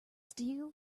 steel